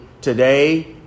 Today